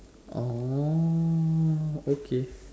orh okay